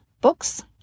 books